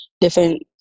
different